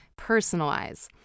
Personalize